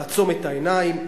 לעצום את העיניים ולהגיד,